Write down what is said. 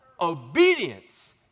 obedience